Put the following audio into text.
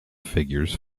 figures